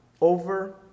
over